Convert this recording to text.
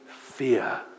fear